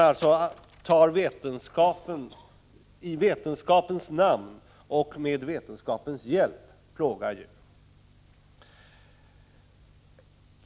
I vetenskapens namn och med vetenskapens hjälp plågar man alltså djur.